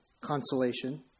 consolation